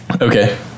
Okay